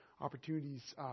opportunities